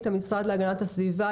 המשרד להגנת הסביבה,